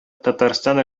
татарстан